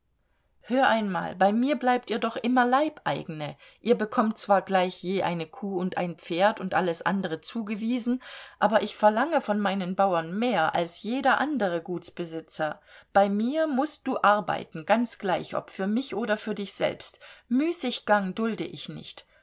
hör einmal bei mir bleibt ihr doch immer leibeigene ihr bekommt zwar gleich je eine kuh und ein pferd und alles andere zugewiesen aber ich verlange von meinen bauern mehr als jeder andere gutsbesitzer bei mir mußt du arbeiten ganz gleich ob für mich oder für dich selbst müßiggang dulde ich nicht